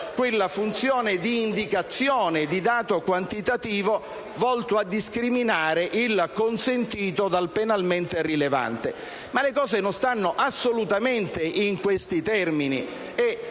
quella funzione di indicazione di dato quantitativo volto a discriminare il consentito dal penalmente rilevante. Le cose non stanno però assolutamente in questi termini